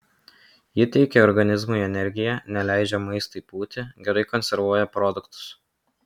ji teikia organizmui energiją neleidžia maistui pūti gerai konservuoja produktus